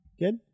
Good